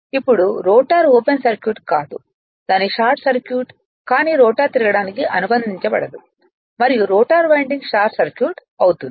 ఇప్పుడు rotor open circuit కాదు దాని షార్ట్ సర్క్యూట్ కానీ రోటర్ తిరగడానికి అనుమతించబడదు మరియు రోటర్ వైండింగ్ షార్ట్ సర్క్యూట్ అవుతుంది